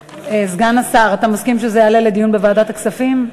סגן השר, אתה מסכים שזה יעלה לדיון בוועדת הכספים?